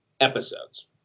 episodes